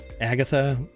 Agatha